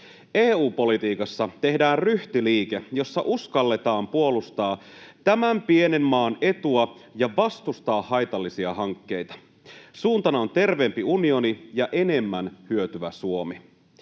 EU-politiikassa tehdään ryhtiliike, jossa uskalletaan puolustaa tämän pienen maan etua ja vastustaa haitallisia hankkeita. Suuntana on terveempi unioni ja enemmän hyötyvä Suomi.